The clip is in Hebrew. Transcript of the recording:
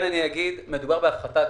אני כן אומר שמדובר בהפחתה גבוהה.